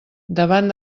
davant